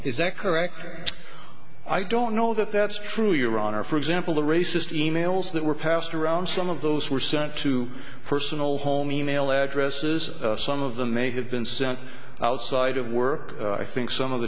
is that correct i don't know that that's true your honor for example the racist e mails that were passed around some of those were sent to personal home email addresses some of them may have been sent outside of work i think some of the